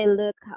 look